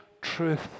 truth